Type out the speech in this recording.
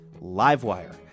livewire